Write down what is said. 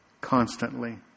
constantly